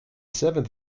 seventh